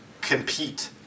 compete